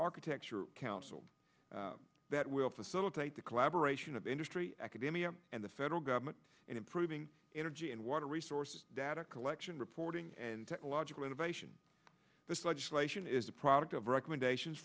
architecture council that will facilitate the collaboration of industry academia and the federal government in improving energy and water resources data collection reporting and technological innovation this legislation is a product of recommendations